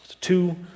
Two